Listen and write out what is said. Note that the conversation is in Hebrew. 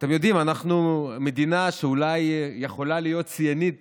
אתם יודעים, אנחנו מדינה שאולי יכולה להיות שיאנית